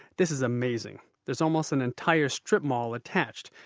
this is amazing. there's almost an entire strip mall attached,